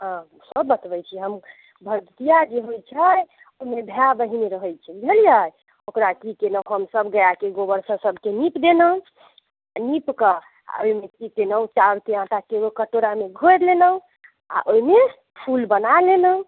ओ सेहो बतबैत छी हम भरद्वितीआ जे होइत छै ओहिमे भाय बहिन रहैत छै बुझलियै ओकरा की कयलहुँ हमसब गायके गोबरसँ हमसब नीप देलहुँ आ नीप कऽ आ ओहिमे की कयलहुँ चाउरके आटाके एगो कटोरामे घोरि लेलहुँ आ ओहिमे फूल बना लेलहुँ